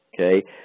Okay